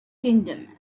kingdom